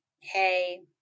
hey